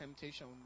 temptation